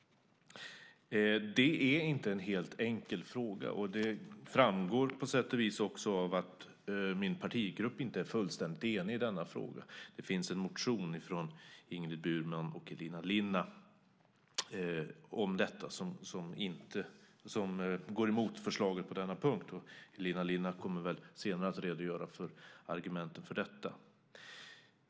Det är inte en helt enkel fråga. Det framgår på sätt och vis också av att min partigrupp inte är fullständigt enig i denna fråga. Det finns en motion från Ingrid Burman och Elina Linna om detta som går emot förslaget på denna punkt. Elina Linna kommer väl senare att redogöra för argumenten för detta.